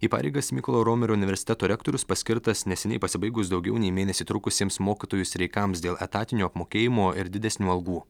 į pareigas mykolo romerio universiteto rektorius paskirtas neseniai pasibaigus daugiau nei mėnesį trukusiems mokytojų streikams dėl etatinio apmokėjimo ir didesnių algų